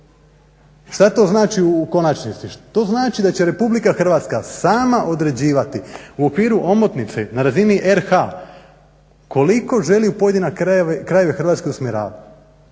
Šta to znači u konačnici? To znači da će RH sama određivati u okviru omotnice na razini RH koliko želi u pojedine krajeve Hrvatske usmjeravati.